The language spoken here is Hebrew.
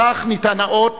בכך ניתן האות